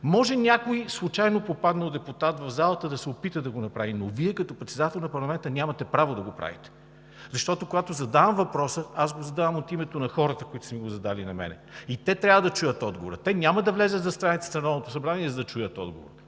Може някой случайно попаднал депутат в залата да се опита да го направи, но Вие, като председател на парламента, нямате право да го правите, защото, когато задавам въпроса, аз го задавам от името на хората, които са го задали на мен, и те трябва да чуят отговора. Те няма да влязат в страницата на Народното събрание, за да чуят отговора.